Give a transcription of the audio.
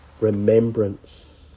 remembrance